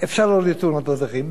אפשר להוריד את תאונות הדרכים.